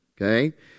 Okay